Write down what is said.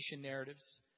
narratives